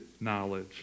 knowledge